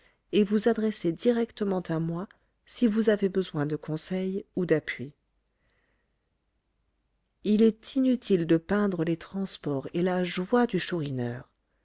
et vous adresser directement à moi si vous avez besoin de conseil ou d'appui il est inutile de peindre les transports et la joie du